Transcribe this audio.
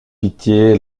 pitié